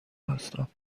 هستم